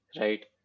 right